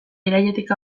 irailetik